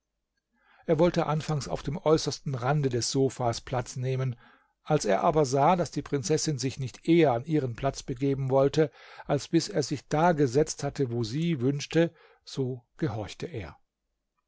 er wollte anfangs auf dem äußersten rande des sofas platz nehmen als er aber sah daß die prinzessin sich nicht eher an ihren platz begeben wollte als bis er sich da gesetzt hatte wo sie wünschte so gehorchte er